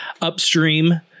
upstream